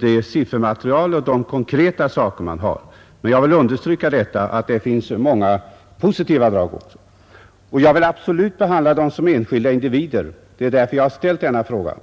det siffermaterial och de konkreta saker man har till hands. Men jag vill understryka detta, att det finns många positiva drag också. Och jag vill absolut att vederbörande skall behandlas som enskilda individer; det är därför jag har ställt denna fråga.